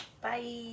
Bye